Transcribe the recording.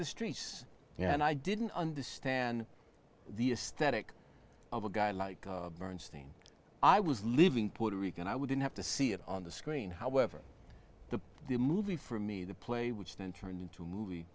the streets and i didn't understand the a static of a guy like bernstein i was living puerto rican i wouldn't have to see it on the screen however the the movie for me the play which then turned into a movie